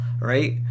right